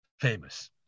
famous